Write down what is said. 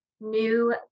new